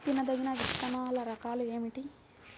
తినదగిన విత్తనాల రకాలు ఏమిటి?